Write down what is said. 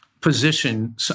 position